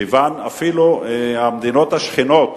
כיוון שאפילו המדינות השכנות,